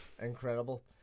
Incredible